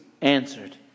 answered